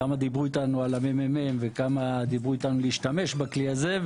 כמה דיברו אתנו על המ.מ.מ וכמה דיברו אתנו על להשתמש בכלי הזה,